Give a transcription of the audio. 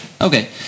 Okay